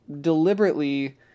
deliberately